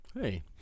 Hey